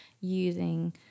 using